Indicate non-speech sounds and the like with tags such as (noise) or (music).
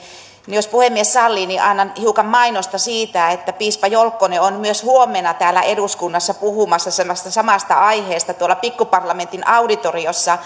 niin jos puhemies sallii annan hiukan mainosta siitä että piispa jolkkonen on myös huomenna täällä eduskunnassa puhumassa samasta aiheesta tuolla pikkuparlamentin auditoriossa (unintelligible)